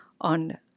on